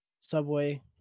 Subway